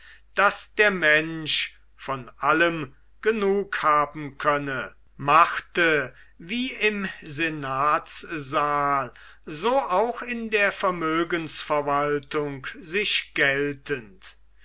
daß der mensch von allem genug haben könne machte wie im senatssaal so auch in der vermögensverwaltung sich geltend